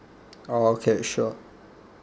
oh okay sure